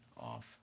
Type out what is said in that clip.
off